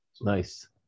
Nice